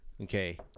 Okay